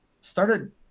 started